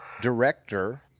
director